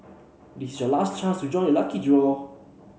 this is your last chance to join the lucky draw